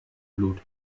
blut